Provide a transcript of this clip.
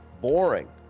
Boring